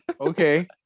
Okay